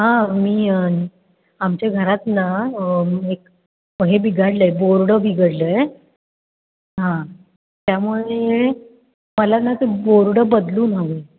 हां मी आमच्या घरात ना एक हे बिघडलं आहे बोर्ड बिघडलं आहे हां त्यामुळे मला ना ते बोर्ड बदलून हवेत